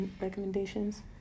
Recommendations